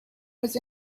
was